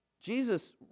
Jesus